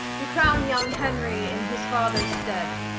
we crown young henry in his father's stead.